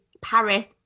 Paris